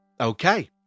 Okay